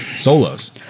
solos